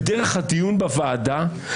בדרך הדיון בוועדה,